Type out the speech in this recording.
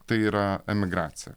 tai yra emigracija